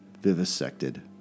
vivisected